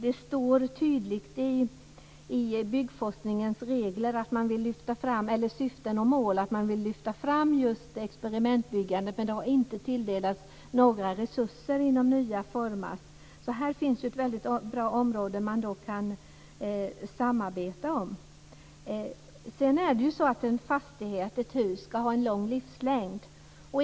Det står tydligt i byggforskningens syften och mål att man vill lyfta fram experimentbyggandet, men det arbetet har inte tilldelats några resurser. Här finns ett bra område där man kan samarbeta. Ett hus ska ha en lång livslängd.